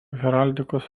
heraldikos